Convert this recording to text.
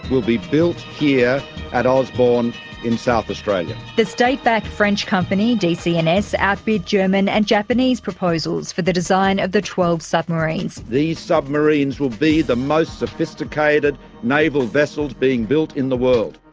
will be built here at osborne in south australia. the state backed french company dcns outbid german and japanese proposals for the design of the twelve submarines. these submarines will be the most sophisticated naval vessels being built in the world.